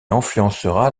influencera